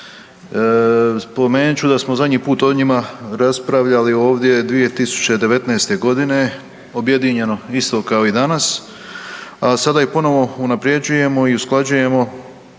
Spomenut ću da smo zadnji put o njima raspravljali ovdje 2019.g. objedinjeno isto kao i danas, a sada ih ponovo unapređujemo i usklađujemo